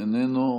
איננו,